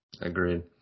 Agreed